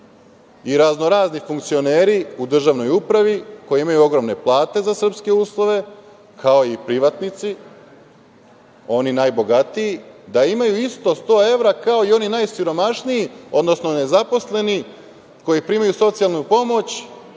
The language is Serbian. i raznorazni funkcioneri u državnoj upravi koji imaju ogromne plate, za srpske uslove, kao i privatnici oni najbogatiji da imaju isto 100 evra kao i oni najsiromašniji, odnosno nezaposleni koji primaju socijalnu pomoć,